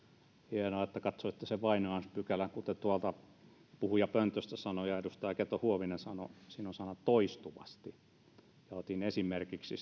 hienoa että katsoitte sen vainoamispykälän kuten tuolta puhujapöntöstä sanoin ja edustaja keto huovinen sanoi siinä on sana toistuvasti ja otin esimerkiksi